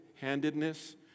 handedness